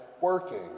working